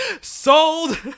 sold